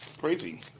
Crazy